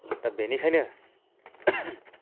दा बेनिखायनो